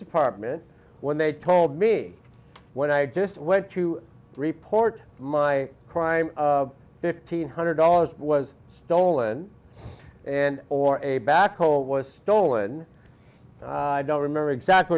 department when they told me when i just went to report my crime fifteen hundred dollars was stolen and or a backhoe was stolen i don't remember exactly